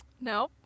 No